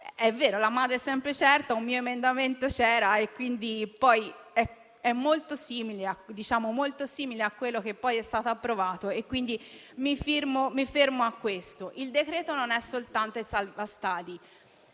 la madre è sempre certa: un mio emendamento c'era ed è molto simile a quello che poi è stato approvato e mi fermo a questo. Il provvedimento non è soltanto salva stadi: